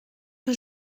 que